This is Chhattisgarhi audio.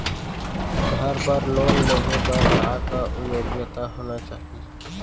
घर बर लोन लेहे बर का का योग्यता होना चाही?